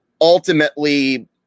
ultimately